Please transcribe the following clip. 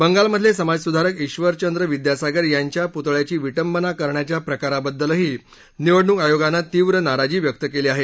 बंगालमधले समाजसुधारक ईबरचंद्र विद्यासागर यांच्या पुतळ्याची विटंबना करण्याच्या प्रकाराबद्दलही निवडणूक आयोगानं तीव्र नाराजी व्यक्त केली आहे